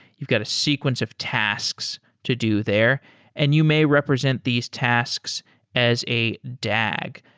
you've get a sequence of tasks to do there and you may represent these tasks as a dag.